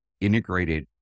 integrated